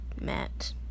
Matt